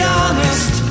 honest